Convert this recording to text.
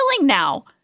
now